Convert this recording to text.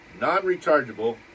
non-rechargeable